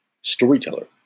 storyteller